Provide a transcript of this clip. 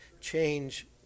change